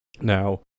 Now